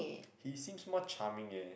he seems more charming eh